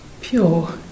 pure